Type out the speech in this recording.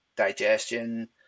digestion